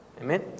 Amen